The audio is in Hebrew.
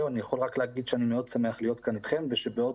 אני מאוד שמח להיות כאן אתכם ובעוד